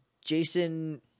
Jason